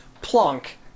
Plonk